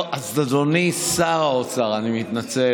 49), התש"ף 2020, נתקבל.